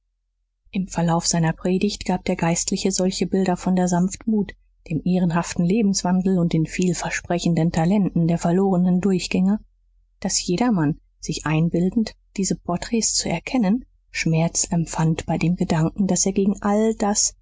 im verlauf seiner predigt gab der geistliche solche bilder von der sanftmut dem ehrenhaften lebenswandel und den vielversprechenden talenten der verlorenen durchgänger daß jedermann sich einbildend diese porträts zu erkennen schmerz empfand bei dem gedanken daß er gegen all das